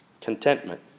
Contentment